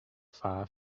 far